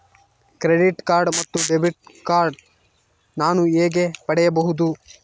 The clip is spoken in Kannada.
ಕ್ರೆಡಿಟ್ ಕಾರ್ಡ್ ಮತ್ತು ಡೆಬಿಟ್ ಕಾರ್ಡ್ ನಾನು ಹೇಗೆ ಪಡೆಯಬಹುದು?